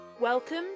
Welcome